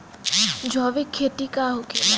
जैविक खेती का होखेला?